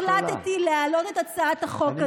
ולכן החלטתי להעלות את הצעת החוק הזאת,